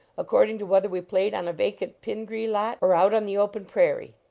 according to whether we played on a vacant pingree lot or out on the open prairie.